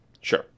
sure